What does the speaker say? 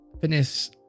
fitness